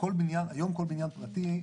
היום כל בניין פרטי,